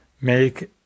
make